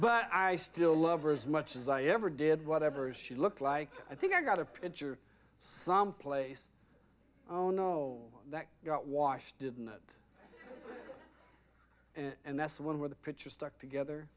but i still lover as much as i ever did whatever she looked like i think i got a pitcher some place oh no that got washed didn't it and that's the one where the pitcher stuck together